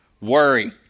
worry